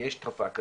ויש תופעה כזו.